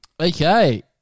Okay